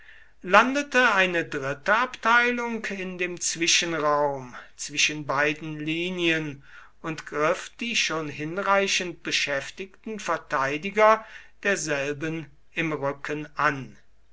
landete eine dritte abteilung in dem zwischenraum zwischen beiden linien und griff die schon hinreichend beschäftigten verteidiger derselben im rücken an